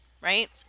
right